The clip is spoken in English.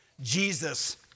Jesus